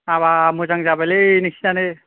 हाबाब मोजां जाबायलै नोंसिनानो